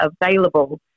available